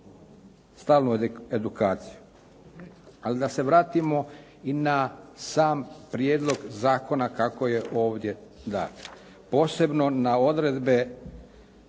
stalnu edukaciju. Ali da se vratimo i na sam prijedlog zakona kako je ovdje dat, posebno na odredbe